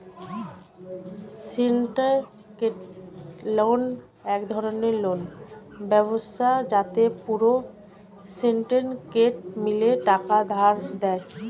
syndicated loan এক ধরণের loan ব্যবস্থা যাতে পুরো সিন্ডিকেট মিলে টাকা ধার দেয়